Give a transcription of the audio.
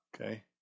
Okay